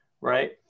right